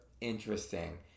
interesting